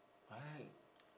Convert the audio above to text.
right